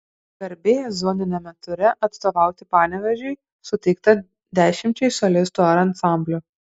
garbė zoniniame ture atstovauti panevėžiui suteikta dešimčiai solistų ar ansamblių